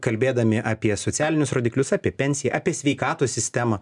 kalbėdami apie socialinius rodiklius apie pensiją apie sveikatos sistemą